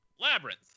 labyrinth